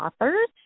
authors